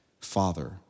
Father